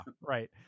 right